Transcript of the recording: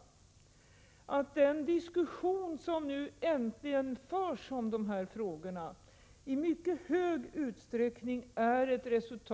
För det första är den diskussion som nu äntligen förs om de här frågorna i mycket hög utsträckning en följd